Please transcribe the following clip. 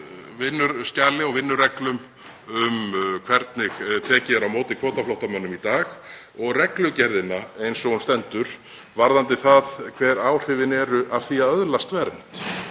vinnuskjali og vinnureglum um hvernig tekið er á móti kvótaflóttamönnum í dag og reglugerðinni eins og hún stendur varðandi það hver áhrifin eru af því að öðlast vernd.